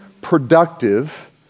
productive